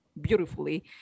beautifully